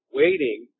waiting